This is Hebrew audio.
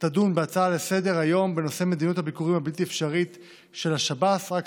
תדון בהצעה לסדר-היום של חבר הכנסת מיכאל מלכיאלי בנושא: מדיניות